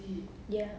ya